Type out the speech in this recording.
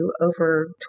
over